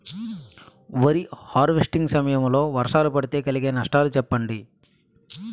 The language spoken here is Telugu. వరి హార్వెస్టింగ్ సమయం లో వర్షాలు పడితే కలిగే నష్టాలు చెప్పండి?